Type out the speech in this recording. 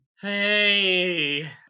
Hey